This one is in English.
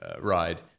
ride